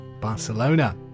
Barcelona